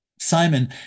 Simon